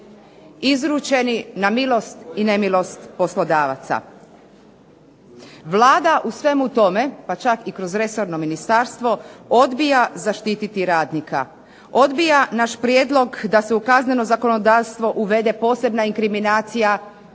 izručeni na milost i nemilost poslodavaca. Vlada u svemu tome, pa čak i kroz resorno ministarstvo odbija zaštititi radnika, odbija naš prijedlog da se u kazneno zakonodavstvo uvede posebna inkriminacija